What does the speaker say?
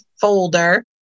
folder